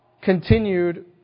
continued